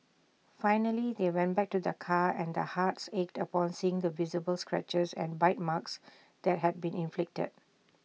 finally they went back to their car and their hearts ached upon seeing the visible scratches and bite marks that had been inflicted